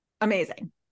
amazing